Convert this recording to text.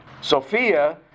Sophia